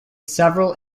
several